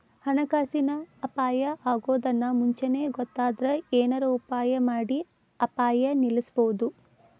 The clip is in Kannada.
ಹಣಕಾಸಿನ್ ಅಪಾಯಾ ಅಗೊದನ್ನ ಮುಂಚೇನ ಗೊತ್ತಾದ್ರ ಏನರ ಉಪಾಯಮಾಡಿ ಅಪಾಯ ನಿಲ್ಲಸ್ಬೊದು